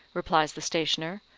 replies the stationer,